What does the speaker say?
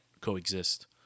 coexist